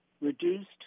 reduced